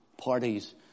parties